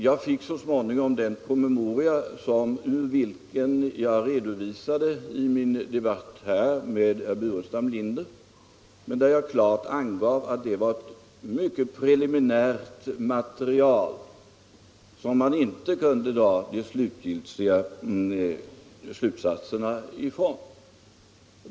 Jag fick så småningom den promemoria ur vilken jag redovisade uppgifter i min debatt med herr Burenstam Linder den 1 april. Jag angav emellertid klart att det var ett mycket preliminärt material som man inte kunde dra några verkliga slutsatser av.